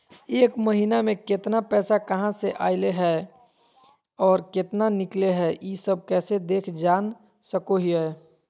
एक महीना में केतना पैसा कहा से अयले है और केतना निकले हैं, ई सब कैसे देख जान सको हियय?